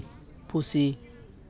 ᱯᱩᱥᱤ